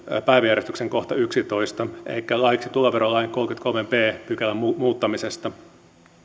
päiväjärjestyksen kohdasta yksitoista elikkä lakialoite laiksi tuloverolain kolmannenkymmenennenkolmannen b pykälän muuttamisesta